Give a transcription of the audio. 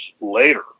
later